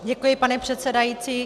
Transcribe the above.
Děkuji, pane předsedající.